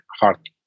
heart